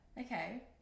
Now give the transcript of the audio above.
okay